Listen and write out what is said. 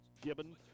Gibbon